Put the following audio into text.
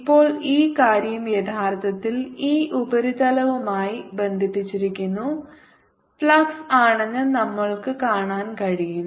ഇപ്പോൾ ഈ കാര്യം യഥാർത്ഥത്തിൽ ഈ ഉപരിതലവുമായി ബന്ധിപ്പിച്ചിരിക്കുന്ന ഫ്ലക്സ് ആണെന്ന് നമുക്ക് കാണാൻ കഴിയും